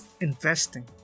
investing